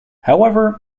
however